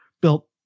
built